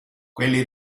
quelli